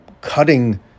cutting